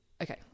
okay